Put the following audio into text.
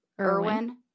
Irwin